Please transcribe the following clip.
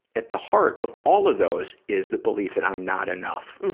at the heart of all of those, is the belief that i am not enough.